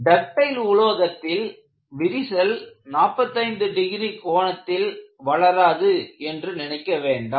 ductile உலோகத்தில் விரிசல் 45 degree கோணத்தில் வளராது என்று நினைக்க வேண்டாம்